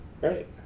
Right